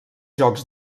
jocs